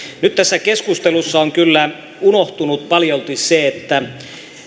nyt tässä keskustelussa on kyllä unohtunut paljolti se että